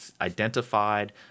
identified